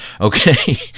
Okay